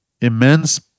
immense